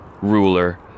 ruler